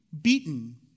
beaten